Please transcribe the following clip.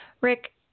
Rick